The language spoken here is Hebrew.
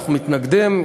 אנחנו מתנגדים,